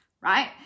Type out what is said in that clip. right